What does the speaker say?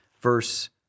verse